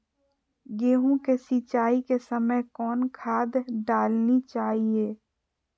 गेंहू के सिंचाई के समय कौन खाद डालनी चाइये?